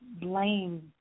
blame